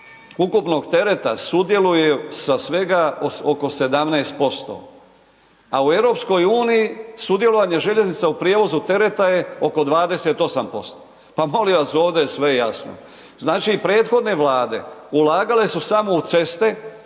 ukupnog tereta sudjeluje sa svega oko 17%, a u EU sudjelovanje željeznica u prijevozu tereta je oko 28%. pa molim vas, ovdje je sve jasno. Znači, prethodne Vlade ulagale su samo u ceste